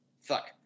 Fuck